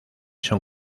son